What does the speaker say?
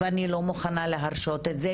ואני לא מוכנה להרשות את זה,